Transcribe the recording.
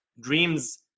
dreams